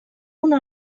una